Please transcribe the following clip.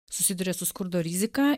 susiduria su skurdo rizika